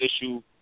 issue